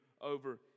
over